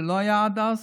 שלא היו עד אז,